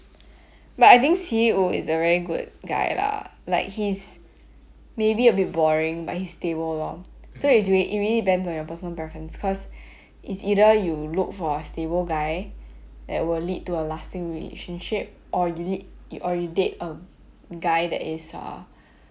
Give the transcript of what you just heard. but I think 戚玉武 is a very good guy lah like he's maybe a bit boring but his stable lor so it's real~ it really depends on your personal preference cause it's either you look for stable guy that will lead to a lasting relationship or you lead or you date a guy that is err